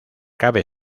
cabe